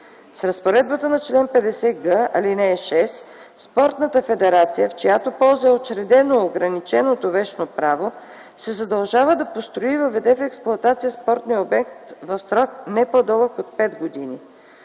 С разпоредбата на чл. 50г., ал. 6 спортната федерация, в чиято полза е учредено ограниченото вещно право, се задължава да построи и въведе в експлоатация спортния обект в срок не по-дълъг от 5 години.